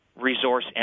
resource